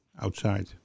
outside